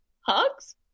hugs